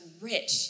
rich